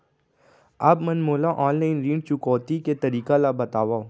आप मन मोला ऑनलाइन ऋण चुकौती के तरीका ल बतावव?